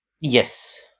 Yes